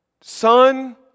son